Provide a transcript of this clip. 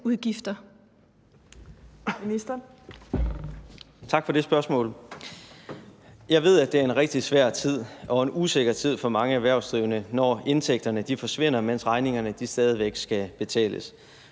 Tak for det spørgsmål. Jeg ved, det er en rigtig svær tid og en usikker tid for mange erhvervsdrivende, når indtægterne forsvinder, mens regningerne stadig væk skal betales.